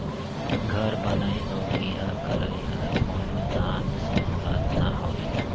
घर बनई अउ बिहा करई हर कोनो नान सून बात ना हवे